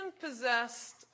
possessed